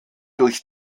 durch